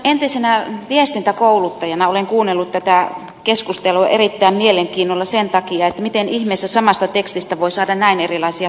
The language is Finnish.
entisenä viestintäkouluttajana olen kuunnellut tätä keskustelua erittäin suurella mielenkiinnolla seuraten miten ihmeessä samasta tekstistä voi saada näin erilaisia tulkintoja